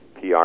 PR